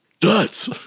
Duds